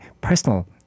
personal